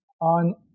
on